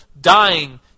dying